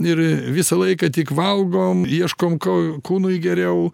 ir visą laiką tik valgom ieškom ko kūnui geriau